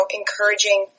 encouraging